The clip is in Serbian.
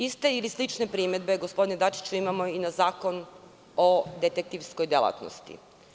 Iste ili slične primedbe, gospodine Dačiću, imamo i na zakon o detektivskoj delatnosti.